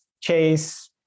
Chase